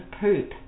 poop